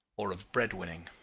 or of bread-winning.